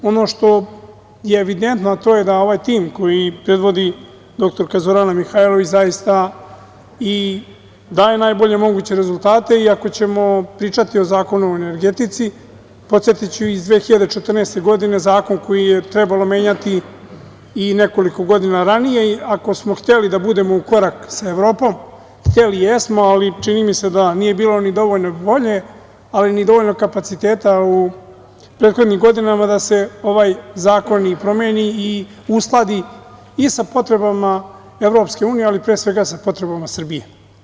Ono što je evidentno, a to je da ovaj tim koji predvodi dr Zorana Mihajlović zaista i daje najbolje moguće rezultate i ako ćemo pričati o Zakonu o energetici, podsetiću iz 2014. godine zakon koji je trebalo menjati i nekoliko godina ranije i ako smo hteli da budemo u korak sa Evropom, hteli jesmo, ali čini mi se da nije bilo dovoljno volje, ali ni dovoljno kapaciteta u prethodnim godinama da se ovaj zakon i promeni i uskladi i sa potrebama EU, ali pre svega sa potrebama Srbije.